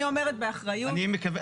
אני אומרת באחריות מגורמים,